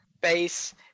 base